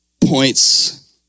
points